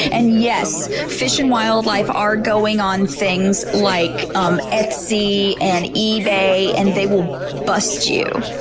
and yes, fish and wildlife are going on things like um etsy and ebay and they will bust you.